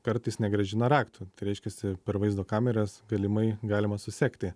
kartais negrąžina raktų tai reiškiasi per vaizdo kameras galimai galima susekti